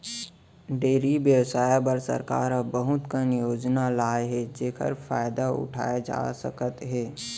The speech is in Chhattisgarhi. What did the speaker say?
डेयरी बेवसाय बर सरकार ह बहुत कन योजना लाए हे जेकर फायदा उठाए जा सकत हे